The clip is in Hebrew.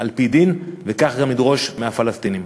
על-פי דין, וככה גם נדרוש מהפלסטינים.